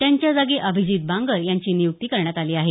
त्यांच्याजागी अभिजित बांगर यांची नियुक्ती करण्यात आली आहे